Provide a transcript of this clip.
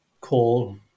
call